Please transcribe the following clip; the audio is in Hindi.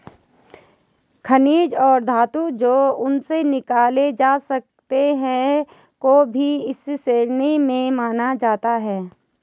खनिज और धातु जो उनसे निकाले जा सकते हैं को भी इसी श्रेणी में माना जाता है